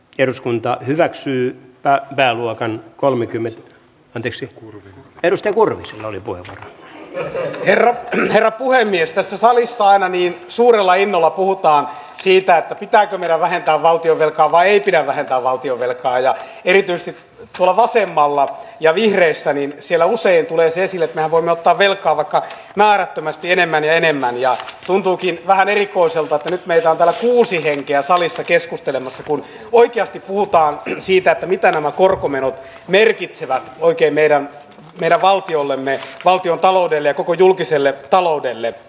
eduskunta hyväksyy tai pääluokan kolmekymmentä tenteksi erosten kurkut oli kun hän erään herra puhemies tässä salissa aina niin suurella innolla puhutaan siitä pitääkö meidän vähentää valtionvelkaa vai ei pidä vähentää valtionvelkaa ja erityiset tuolla vasemmalla ja vieressä niin siellä usein tulee se että voimme ottaa velkaa vaikka määrättömästi enemmän enemmän ja tuntuukin vähän erikoiselta nyt ne antavat uusia kenkiä salissa keskustelemassa kun oikeasti puhutaan siitä mitä nämä korkomenot merkitsevät oikein elää vielä valtiolle myös valtiontaloudelle koko julkiselle asia